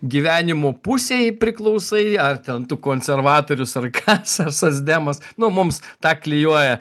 gyvenimo pusei priklausai ar ten tu konservatorius ar kas ar socdemas nu mums tą klijuoja